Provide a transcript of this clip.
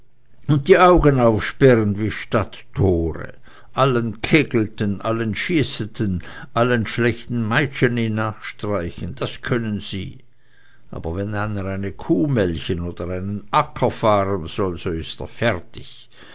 und die augen aufsperren wie stadttore allen kegelten allen schießeten allen schlechten meitschene nachstreichen das können sie aber wenn einer eine kuh melken oder einen acker fahren soll so ist er fertig